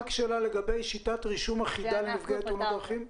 רק שאלה לגבי שיטת רישום אחידה לנפגעי תאונות דרכים?